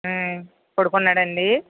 పడుకున్నాడా అండి